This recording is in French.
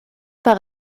par